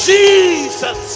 Jesus